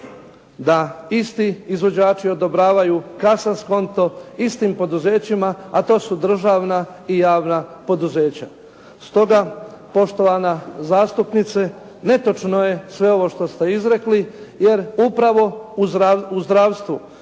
da isti izvođači odobravaju kasas konto istim poduzećima a to su državna i javna poduzeća. Stoga poštovana zastupnice netočno je sve ovo što ste izrekli jer upravo u zdravstvu